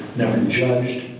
never judged,